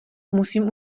musím